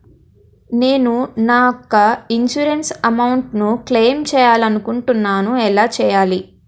నేను నా యెక్క ఇన్సురెన్స్ అమౌంట్ ను క్లైమ్ చేయాలనుకుంటున్నా ఎలా చేయాలి?